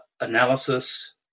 analysis